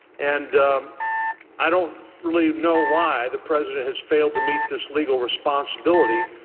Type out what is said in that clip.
and i don't really know why the president has failed to meet this legal responsibility